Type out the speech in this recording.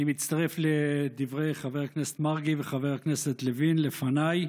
אני מצטרף לדברי חבר הכנסת מרגי וחבר הכנסת לוין לפניי.